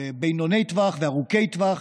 לטווח הבינוני וארוכי טווח,